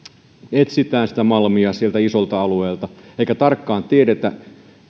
etsitään malmia isolta alueelta eikä tarkkaan tiedetä